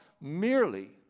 merely